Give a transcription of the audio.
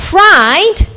Pride